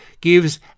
gives